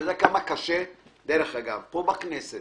אתה יודע כמה קשה, דרך אגב, פה בכנסת